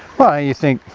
well you think,